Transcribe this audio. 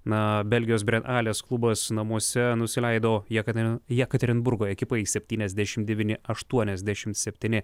na belgijos bretales klubas namuose nusileido jekaterinai jekaterinburgo ekipai septyniasdešimt devyni aštuoniasdešimt septyni